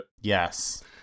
Yes